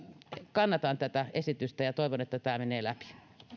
kannatan tätä esitystä ja toivon että tämä menee läpi